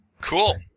Cool